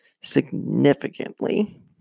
significantly